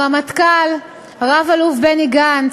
הרמטכ"ל רב-אלוף בני גנץ,